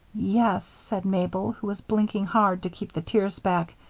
yes, said mabel, who was blinking hard to keep the tears back,